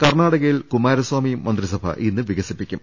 കർണാടകയിൽ കുമാരസ്വാമി മന്ത്രിസഭ ഇന്ന് വികസിപ്പിക്കും